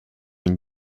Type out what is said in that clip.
une